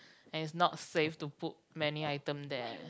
and is not safe to put many item there